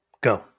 Go